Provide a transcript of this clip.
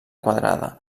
quadrada